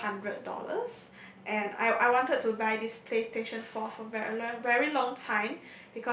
four hundred dollars and I I want to buy this PlayStation Four for a very very long time